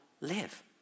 live